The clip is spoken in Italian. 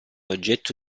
oggetto